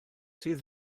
sydd